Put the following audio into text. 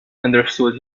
understood